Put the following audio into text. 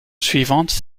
suivante